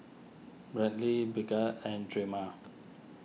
Brantley Brigette and Drema